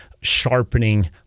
sharpening